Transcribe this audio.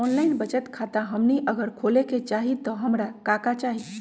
Online बचत खाता हमनी अगर खोले के चाहि त हमरा का का चाहि?